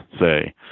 say